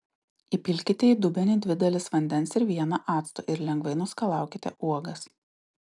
įpilkite į dubenį dvi dalis vandens ir vieną acto ir lengvai nuskalaukite uogas